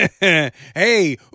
Hey